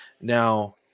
Now